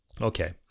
Okay